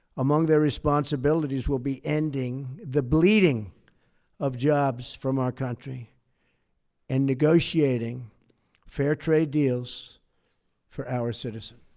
among their responsibilities will be ending the bleeding of jobs from our country and negotiating fair trade deals for our citizens.